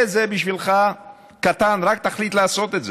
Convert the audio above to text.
זה בשבילך קטן, רק תחליט לעשות את זה.